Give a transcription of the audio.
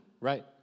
right